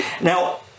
Now